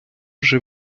вже